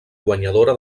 guanyadora